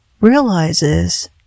realizes